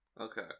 okay